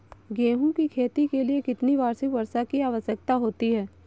गेहूँ की खेती के लिए कितनी वार्षिक वर्षा की आवश्यकता होती है?